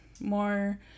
more